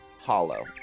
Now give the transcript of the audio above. hollow